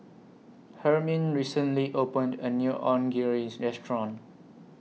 Hermine recently opened A New Onigiri Restaurant